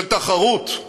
של תחרות,